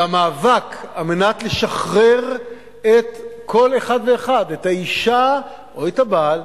והמאבק לשחרר כל אחד ואחד, את האשה או את הבעל,